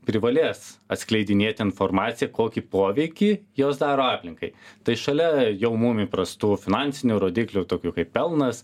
privalės atskleidinėti informaciją kokį poveikį jos daro aplinkai tai šalia jau mum įprastų finansinių rodiklių tokių kaip pelnas